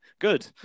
good